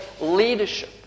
leadership